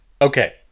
Okay